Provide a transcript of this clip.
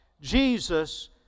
Jesus